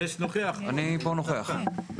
אני פה נוכח.